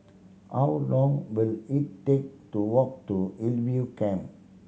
how long will it take to walk to Hillview Camp